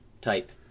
type